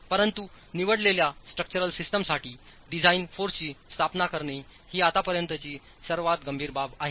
परंतु निवडलेल्या स्ट्रक्चरल सिस्टमसाठी डिझाइन फोर्सची स्थापना करणे ही आतापर्यंतची सर्वात गंभीर बाब आहे